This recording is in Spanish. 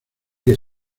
que